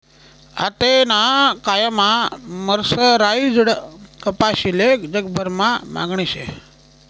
आतेना कायमा मर्सराईज्ड कपाशीले जगभरमा मागणी शे